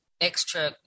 extra